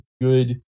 good